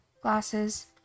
glasses